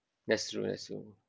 that's true that's true